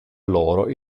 loro